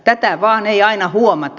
tätä vain ei aina huomata